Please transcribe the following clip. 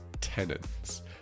tenants